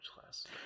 class